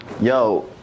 Yo